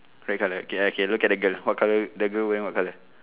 red colour okay okay look at the girl what colour the girl wearing what colour